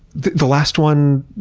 the the last one,